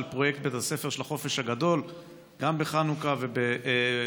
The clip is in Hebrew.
פרויקט בית הספר של החופש הגדול גם בחנוכה ובפסח.